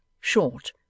short